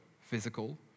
physical